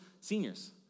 seniors